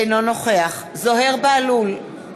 אינו נוכח זוהיר בהלול,